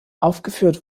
aufgeführt